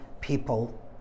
people